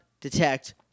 detect